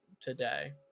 today